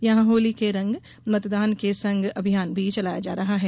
यहां होली के रंग मतदान के संग अभियान भी चलाया जा रहा है